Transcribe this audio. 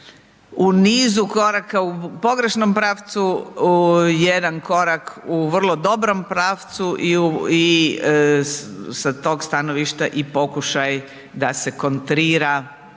u nizu koraka u pogrešnom pravcu, jedan korak u vrlo dobrom pravci i sa tog stanovišta i pokušaj da se kontrira